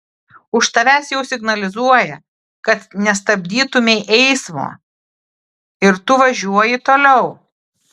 už tavęs jau signalizuoja kad nestabdytumei eismo ir tu važiuoji toliau